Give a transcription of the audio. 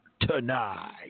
tonight